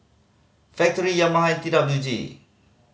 Factorie Yamaha T W G